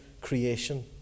creation